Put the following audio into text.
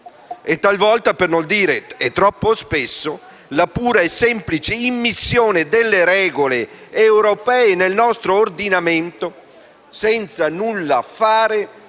e, talvolta, per non dire troppo spesso, la pura e semplice immissione delle regole europee nel nostro ordinamento, va ad